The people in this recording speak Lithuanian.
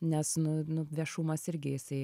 nes nu nu viešumas irgi jisai